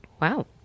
Wow